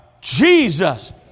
Jesus